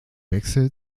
wechsel